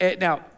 Now